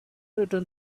returned